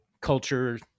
culture